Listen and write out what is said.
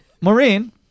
Maureen